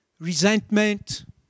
resentment